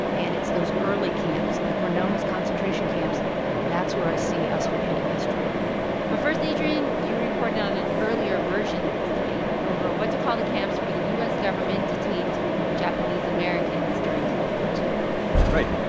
and it's those early camps that were known as concentration camps that's where i see us repeating history right now but first, adrian, you reported on an earlier version of this debate over what to call the camps, where the u s. government detained japanese americans during world war ii right.